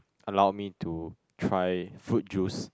allow me to try fruit juice